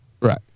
Right